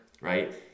right